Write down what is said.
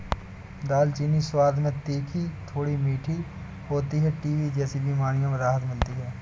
दालचीनी स्वाद में थोड़ी मीठी और तीखी होती है टीबी जैसी बीमारियों में राहत मिलती है